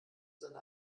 seine